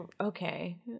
okay